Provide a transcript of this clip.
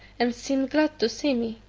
and seemed glad to see me.